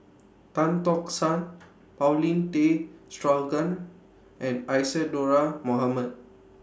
Tan Tock San Paulin Tay Straughan and Isadhora Mohamed